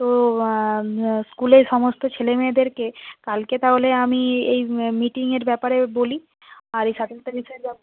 তো স্কুলের সমস্ত ছেলেমেয়েদেরকে কালকে তাহলে আমি এই মিটিংয়ের ব্যাপারে বলি আর এই সতেরো তারিখে